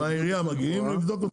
מהעירייה מגיעים לבדוק אתכם?